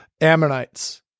ammonites